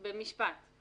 במשפט.